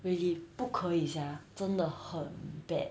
really 不可以 sia 真的很 bad